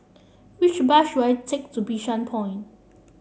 which bus should I take to Bishan Point